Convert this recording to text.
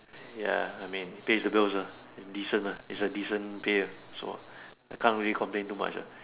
ya I mean pays the bills ah I'm decent ah it's a decent pay ah so I can't really complain too much ah